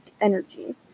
energy